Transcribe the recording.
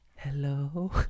hello